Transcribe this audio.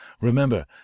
Remember